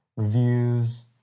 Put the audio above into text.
Reviews